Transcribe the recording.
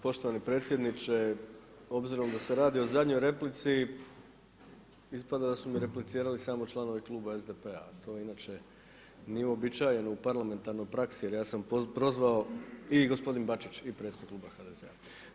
Poštovani predsjedniče, obzirom da se radi o zadnjoj replici, ispada da su mi replicirali samo članovi kluba SDP-a, a to inače nije uobičajeno u parlamentarnoj praksi, jer ja sam prozvao i gospodin Bačić, i predsjednik kluba HDZ-a.